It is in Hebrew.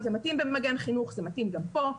אם זה מתאים במגן חינוך אז זה מתאים גם פה.